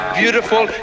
beautiful